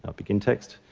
ah like in text.